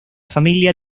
familia